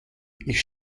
ich